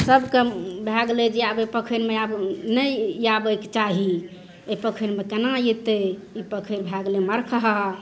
सबके भए गेलै जे आब एहि पोखरिमे आब नहि आबैके चाही ओहि पोखरिमे केना अयतै ई पोखरि भए गेलै मरखाहा